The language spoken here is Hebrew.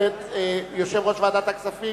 יושב-ראש ועדת הכספים,